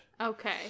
okay